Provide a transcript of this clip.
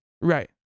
Right